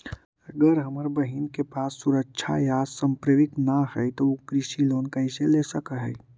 अगर हमर बहिन के पास सुरक्षा या संपार्श्विक ना हई त उ कृषि लोन कईसे ले सक हई?